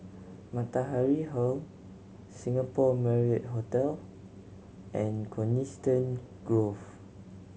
Matahari Hall Singapore Marriott Hotel and Coniston Grove